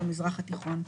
במזרח התיכון.